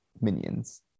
minions